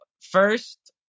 First